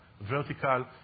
vertical